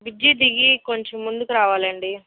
bridge దిగి కొంచెం ముందుకు రావాలండి